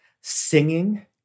singing